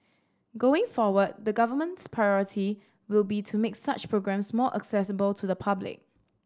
going forward the Government's priority will be to make such programmes more accessible to the public